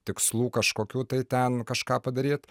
tikslų kažkokių tai ten kažką padaryt